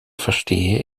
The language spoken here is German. verstehe